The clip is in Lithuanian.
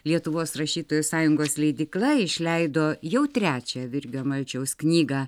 lietuvos rašytojų sąjungos leidykla išleido jau trečią virgio malčiaus knygą